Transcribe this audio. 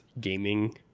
gaming